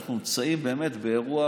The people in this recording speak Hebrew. אנחנו נשמח מאוד גם בזה.